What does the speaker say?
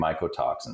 mycotoxins